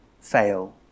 fail